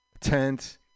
tent